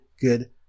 good